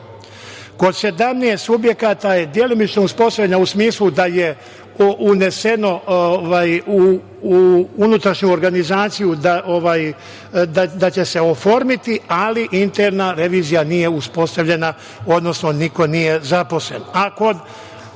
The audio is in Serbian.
Kod 17 subjekata je delimično uspostavljeno, u smislu da je uneseno u unutrašnju organizaciju, da će se oformiti, ali interna revizija nije uspostavljena, odnosno niko nije zaposlen.